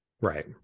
right